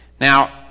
Now